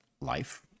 life